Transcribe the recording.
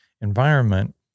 environment